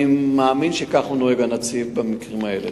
אני מאמין שכך נוהג הנציב במקרים האלה.